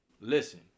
Listen